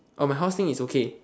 oh my horse thing is okay